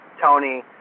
Tony